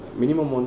minimum